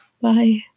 Bye